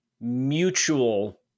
mutual